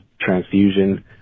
transfusion